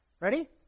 Ready